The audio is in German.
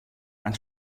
ein